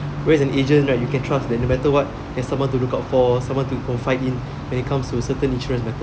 whereas an agent right you can trust that no matter what there's someone to look out for someone to confide in when it comes to certain insurance matters